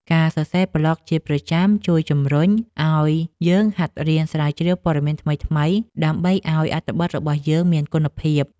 ការសរសេរប្លក់ជាប្រចាំជួយជម្រុញឱ្យយើងហាត់រៀនស្រាវជ្រាវព័ត៌មានថ្មីៗ ដើម្បីឱ្យអត្ថបទរបស់យើងមានគុណភាព។